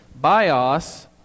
Bios